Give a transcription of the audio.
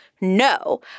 no